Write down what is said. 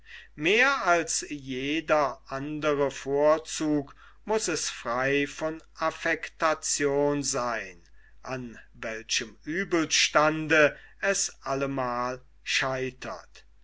mehr als jeder andre vorzug muß es frei von affektation seyn an welchem uebelstande es allemal scheitert